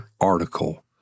article